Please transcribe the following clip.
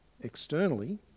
externally